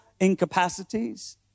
incapacities